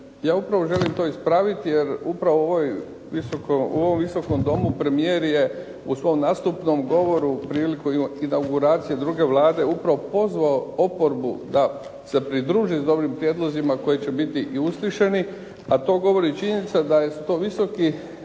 Ja upravo to želim ispraviti, jer upravo u ovom Viskom domu premijer je u svom nastupnom govoru priliku imao inauguracije druge Vlade upravo pozvao oporbu da se pridruži s dobrim prijedlozima koji će biti i uslišani, a to govori činjenica da su to visoki